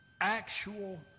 actual